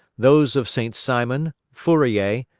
those of saint-simon, fourier,